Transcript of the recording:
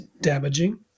damaging